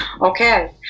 okay